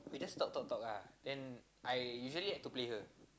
we just talk talk talk ah then I usually had to play her